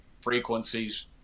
frequencies